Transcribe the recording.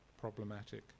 problematic